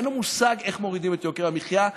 אין לו מושג איך מורידים את יוקר המחיה.